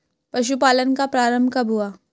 पशुपालन का प्रारंभ कब हुआ?